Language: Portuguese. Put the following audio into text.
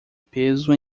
peso